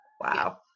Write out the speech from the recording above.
Wow